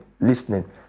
listening